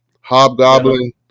Hobgoblin